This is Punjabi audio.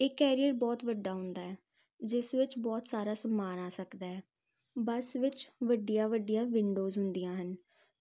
ਇਹ ਕੈਰੀਅਰ ਬਹੁਤ ਵੱਡਾ ਹੁੰਦਾ ਹੈ ਜਿਸ ਵਿੱਚ ਬਹੁਤ ਸਾਰਾ ਸਮਾਨ ਆ ਸਕਦਾ ਬੱਸ ਵਿੱਚ ਵੱਡੀਆਂ ਵੱਡੀਆਂ ਵਿੰਡੋਜ ਹੁੰਦੀਆਂ ਹਨ